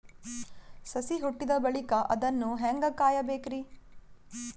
ಸಸಿ ಹುಟ್ಟಿದ ಬಳಿಕ ಅದನ್ನು ಹೇಂಗ ಕಾಯಬೇಕಿರಿ?